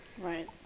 right